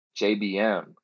JBM